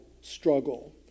struggle